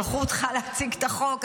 שלחו אותך להציג את החוק.